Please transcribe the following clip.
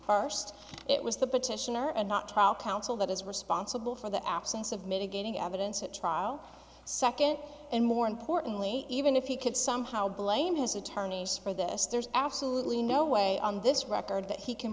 first it was the petitioner and not trial counsel that is responsible for the absence of mitigating evidence at trial second and more importantly even if he could somehow blame his attorneys for this there's absolutely no way on this record that he can